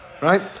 Right